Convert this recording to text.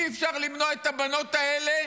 אי-אפשר למנוע מהבנות האלה